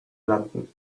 london